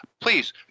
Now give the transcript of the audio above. Please